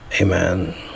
Amen